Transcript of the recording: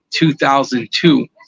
2002